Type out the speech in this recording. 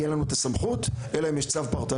כי אין לנו את הסמכות אלא אם יש צו פרטני.